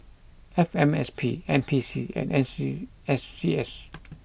F M S P N P C and N see S C S